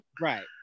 right